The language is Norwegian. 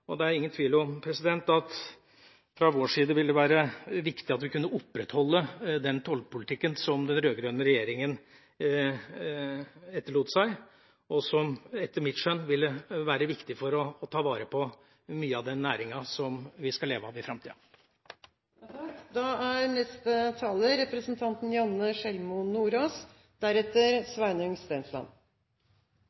er det ingen tvil om at det fra vår side vil være viktig at vi kan opprettholde den tollpolitikken som den rød-grønne regjeringa etterlot seg, og som etter mitt skjønn vil være viktig for å ta vare på mye av den næringen som vi skal leve av i framtida. EU- og EØS-debattene er